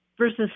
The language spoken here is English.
versus